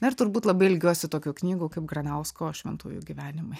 na ir turbūt labai ilgiuosi tokių knygų kaip granausko šventųjų gyvenimai